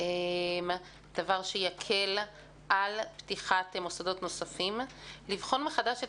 דבר שיקל על פתיחת מוסדות נוספים, לבחון מחדש את